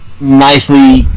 nicely